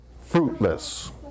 fruitless